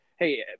Hey